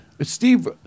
Steve